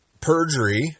perjury